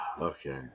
Okay